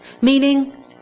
Meaning